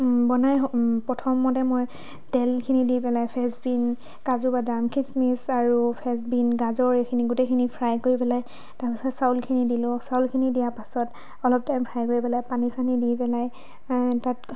বনাই প্ৰথমতে মই তেলখিনি দি পেলাই ফ্ৰেঞ্চবিন কাজু বাদাম কিচমিচ আৰু ফ্ৰেঞ্চবিন গাজৰ এইখিনি গোটেইখিনি ফ্ৰাই কৰি পেলাই তাৰ পাছত চাউলখিনি দিলোঁ চাউলখিনি দিয়াৰ পাছত অলপ টাইম ফ্ৰাই কৰি পেলাই পানী চানী দি পেলাই তাত